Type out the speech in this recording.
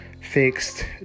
fixed